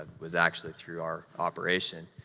ah was actually through our operation.